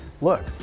look